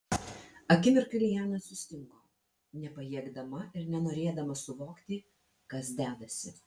akimirką liana sustingo nepajėgdama ir nenorėdama suvokti kas dedasi